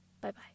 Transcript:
Bye-bye